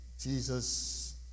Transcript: Jesus